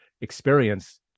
experience